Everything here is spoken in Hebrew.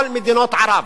כל מדינות ערב,